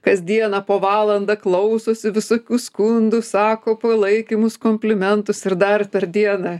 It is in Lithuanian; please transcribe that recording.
kasdieną po valandą klausosi visokių skundų sako palaikymus komplimentus ir dar per dieną